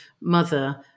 mother